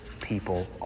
people